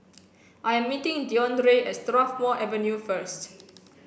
I'm meeting Deondre at Strathmore Avenue first